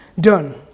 done